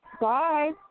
Bye